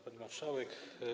Pani Marszałek!